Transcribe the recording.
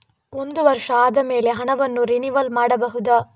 ಒಂದು ವರ್ಷ ಆದಮೇಲೆ ಹಣವನ್ನು ರಿನಿವಲ್ ಮಾಡಬಹುದ?